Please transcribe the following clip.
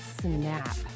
snap